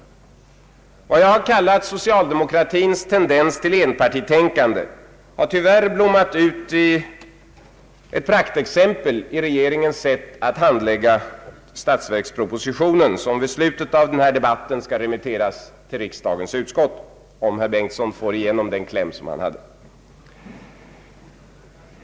Vad jag kallat socialdemokratins tendens till enpartitänkande har tyvärr blommat ut i ett praktexempel i regeringens sätt att handlägga den statsverksproposition som vid slutet av vår debatt skall remitteras till riksdagens utskott, om herr Bengtson får igenom sin kläm.